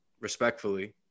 respectfully